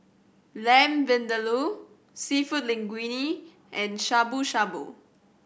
Lamb Vindaloo Seafood Linguine and Shabu Shabu